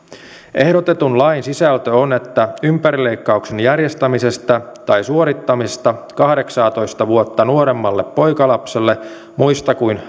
ehdotetun lain sisältö on että ympärileikkauksen järjestämisestä tai suorittamisesta kahdeksaatoista vuotta nuoremmalle poikalapselle muista kuin